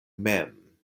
mem